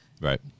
right